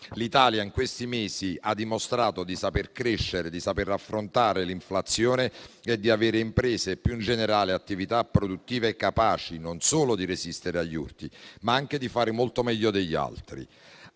L'Italia in questi mesi ha dimostrato di saper crescere, di saper affrontare l'inflazione e di avere imprese e più in generale attività produttive capaci non solo di resistere agli urti, ma anche di fare molto meglio degli altri.